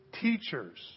teachers